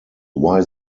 why